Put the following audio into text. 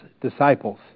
disciples